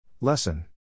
Lesson